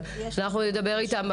אבל אנחנו נדבר איתם.